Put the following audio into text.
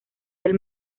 del